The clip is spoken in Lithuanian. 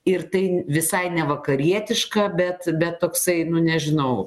ir tai visai nevakarietiška bet bet toksai nunežinau